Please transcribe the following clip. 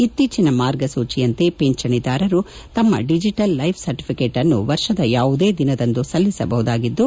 ಇತ್ತೀಚಿನ ಮಾರ್ಗಸೂಚಿಯಂತೆ ಪಿಂಚಣಿದಾರರು ತಮ್ಮ ಡಿಜಿಟಲ್ ಲೈಷ್ ಸರ್ಟಫಿಕೆಟ್ ಅನ್ನು ವರ್ಷದ ಯಾವುದೇ ದಿನದಂದು ಸಲ್ಲಿಸಬಹುದಾಗಿದ್ದು